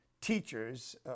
teachers